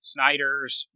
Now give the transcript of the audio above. Snyder's